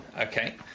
okay